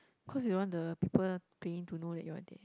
cause you don't want the people paying to know that you are there